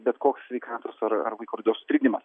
bet koks sveikatos ar ar vaiko raidos sutrikdymas